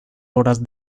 horas